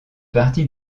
partie